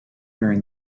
during